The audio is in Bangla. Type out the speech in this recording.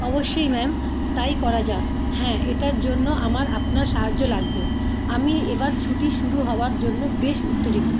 অবশ্যই ম্যাম তাই করা যাক হ্যাঁ এটার জন্য আমার আপনার সাহায্য লাগবে আমি এবার ছুটি শুরু হওয়ার জন্য বেশ উত্তেজিত